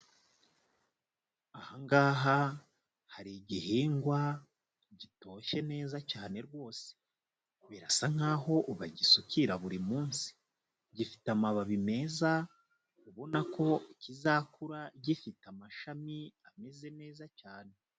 Aha ngaha hari igihingwa gitoshye neza cyane rwose, birasa nk'aho bagisukira buri munsi, gifite amababi meza, ubona ko kizakura gifite amashami ameze neza cyane.